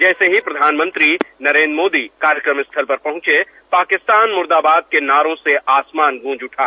जैसे ही प्रधानमंत्री कार्यक्रम स्थल पर पहुंचे पाकिस्तान मुर्दाबाद के नारों से आसमान गूंज उठा